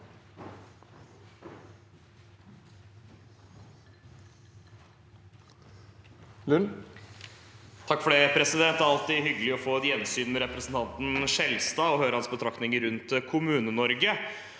Lund (R) Det er alltid hyggelig å få et gjensyn med representanten Skjelstad og høre hans betraktninger rundt Kommune-Norge.